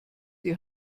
die